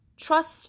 Trust